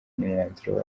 n’umwanzuro